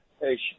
Hey